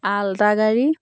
ultra গাড়ী